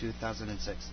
2006